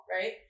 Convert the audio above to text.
right